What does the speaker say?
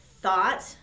thought